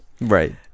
Right